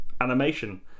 animation